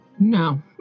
No